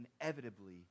inevitably